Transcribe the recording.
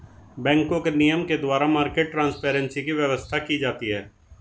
बैंकों के नियम के द्वारा मार्केट ट्रांसपेरेंसी की व्यवस्था की जाती है